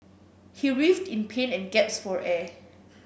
he writhed in pain and gasped for air